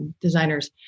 designers